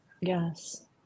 Yes